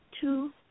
two